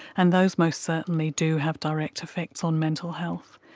and those most certainly do have direct effects on mental health.